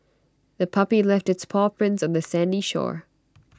the puppy left its paw prints on the sandy shore